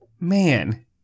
man